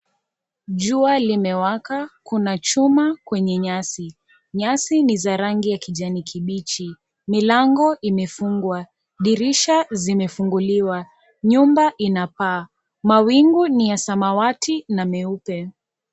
Jua limewaka, kuna chuma kwenye nyasi. Nyasi ni za rangi ya kijani kibichi. Milango imefungwa, dirisha zimefunguliwa, nyumba ina paa, mawingu ni ya samawati na nyeupe.